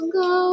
go